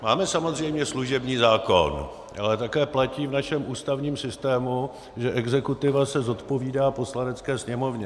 Máme samozřejmě služební zákon, ale také platí v našem ústavním systému, že exekutiva se zodpovídá Poslanecké sněmovně.